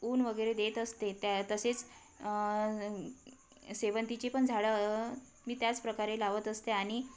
ऊन वगैरे देत असते त्या तसेच शेवंतीची पण झाडं मी त्याचप्रकारे लावत असते आणि